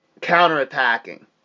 counterattacking